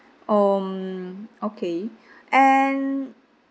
um okay and